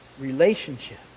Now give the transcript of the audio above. relationship